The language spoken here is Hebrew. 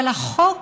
אבל החוק